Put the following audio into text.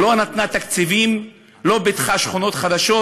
לא נתנה תקציבים, לא פיתחה שכונות חדשות,